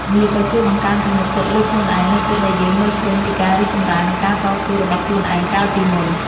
វាក៏ជួយបង្កើនទំនុកចិត្តលើខ្លួនឯង នៅពេលដែលយើងមើលឃើញពីការរីកចម្រើន និងការតស៊ូរបស់ខ្លួនឯងកាលពីមុន។